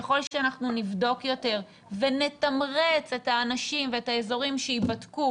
ככל שאנחנו נבדוק יותר ונתמרץ את האנשים ואת האזורים שייבדקו,